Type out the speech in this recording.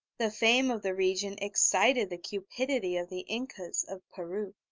the fame of the region excited the cupidity of the incas of peru,